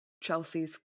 Chelsea's